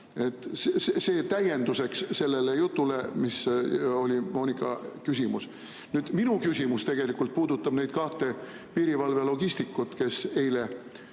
See on täienduseks sellele jutule, mis oli Moonika küsimus. Minu küsimus tegelikult puudutab neid kahte piirivalve logistikut, kes eile